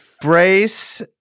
Brace